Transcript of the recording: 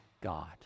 God